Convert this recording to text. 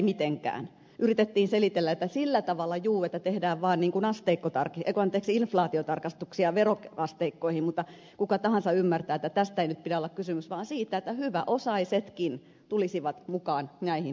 yritettiin selitellä että sillä tavalla juu että tehdään vaan inflaatiotarkistuksia veroasteikkoihin mutta ku ka tahansa ymmärtää että tästä ei nyt voi olla kysymys vaan siitä että hyväosaisetkin tulisivat mukaan näihin lamatalkoisiin